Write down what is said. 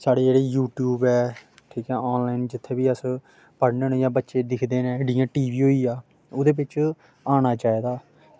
साढ़ी जेह्ड़ी यूट्यूब ऐ कुत्थें ऑनलाइन जित्थें बी अस पढ़ने होन्ने आं जां बच्चे दिक्खदे न जि'यां टी वी होई गेआ ओह्दे बिच्च आना चाहिदा ऐ